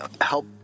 help